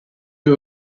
you